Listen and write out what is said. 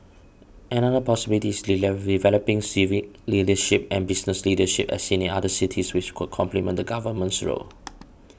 another possibilities develop developing civic leadership and business leadership as seen in other cities which could complement the Government's role